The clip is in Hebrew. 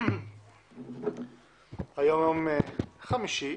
היום יום חמישי,